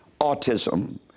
autism